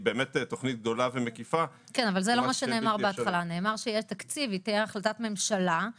התוכנית שמדברת על משהו שהוא יכול היה להתקיים תוך חודש שזה